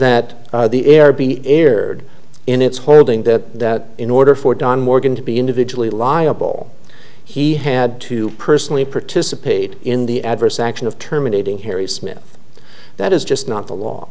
that the air be aired in its holding that in order for don morgan to be individually liable he had to personally participate in the adverse action of terminating harry smith that is just not the law